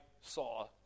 saw